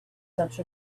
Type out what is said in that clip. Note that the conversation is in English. such